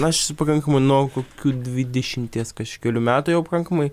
aš pakankamai nuo kokių dvidešimties kažkelių metų jau pakankamai